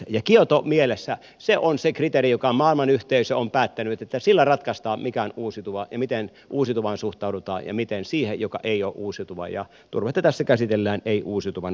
ja kioto mielessä se on se kriteeri josta maailmanyhteisö on päättänyt että sillä ratkaistaan mikä on uusiutuva ja miten uusiutuvaan suhtaudutaan ja miten siihen joka ei ole uusiutuva ja turvetta tässä käsitellään ei uusiutuvana polttoaineena